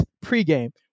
pre-game